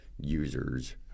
users